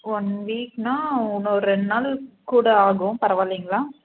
one வீக்னால் இன்னும் ஒரு ரெண்டு நாள் கூட ஆகும் பரவாயில்லைங்களா